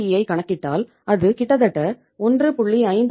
ஈ I கணக்கிட்டால் அது கிட்டத்தட்ட 1